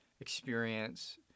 experience